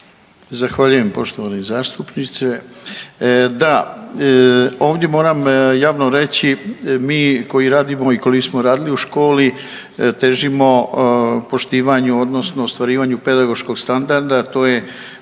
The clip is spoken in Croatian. Zahvaljujem poštovani zastupniče, da, ovdje moram javno reći mi koji radimo i koji smo radili u školi težimo poštivanju odnosno ostvarivanju pedagoškog standarda, to je